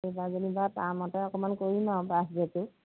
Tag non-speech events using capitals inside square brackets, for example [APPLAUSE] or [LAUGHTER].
[UNINTELLIGIBLE]